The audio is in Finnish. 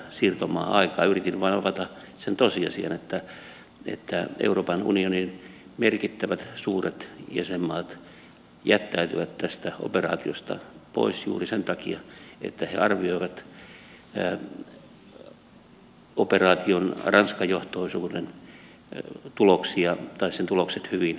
yritin vain avata sen tosiasian että euroopan unionin merkittävät suuret jäsenmaat jättäytyvät tästä operaatiosta pois juuri sen takia että ne arvioivat operaation ranska johtoisuuden tulokset hyvin heikoiksi